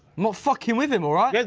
not fucking with him, all right? yes,